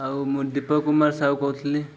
ଆଉ ମୁଁ ଦୀପ କୁମାର ସାହୁ କହୁଥିଲି